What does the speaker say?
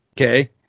Okay